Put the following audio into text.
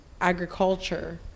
agriculture